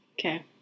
okay